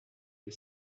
les